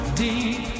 deep